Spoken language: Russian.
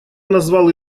назвал